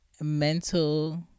mental